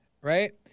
right